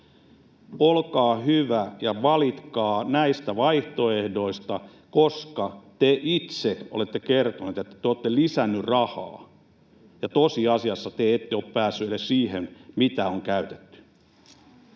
Olkaa hyvä ja valitkaa näistä vaihtoehdoista, koska te itse olette kertonut, että te olette lisänneet rahaa. Ja tosiasiassa te ette ole päässeet edes siihen, mitä on käytetty.